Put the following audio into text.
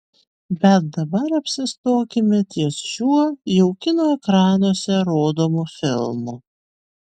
bet dabar apsistokime ties šiuo jau kino ekranuose rodomu filmu